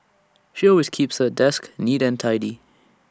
she always keeps her desk neat and tidy